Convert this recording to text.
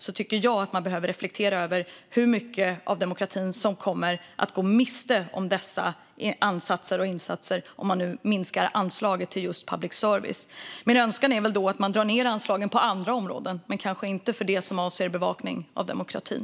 Jag tycker att man behöver reflektera över hur mycket av demokratin som kommer att gå miste om dessa ansatser och insatser om man nu minskar anslaget till just public service. Min önskan är att man drar ned anslagen på andra områden men kanske inte det som avser bevakning av demokratin.